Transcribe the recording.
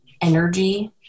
energy